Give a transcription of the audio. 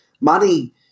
money